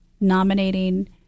nominating